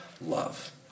love